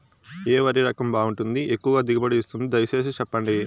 ఏ వరి రకం బాగుంటుంది, ఎక్కువగా దిగుబడి ఇస్తుంది దయసేసి చెప్పండి?